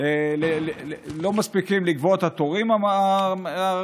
הם לא מספיקים לקבוע את התורים הראויים,